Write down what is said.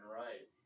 right